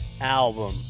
Album